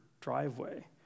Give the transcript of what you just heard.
driveway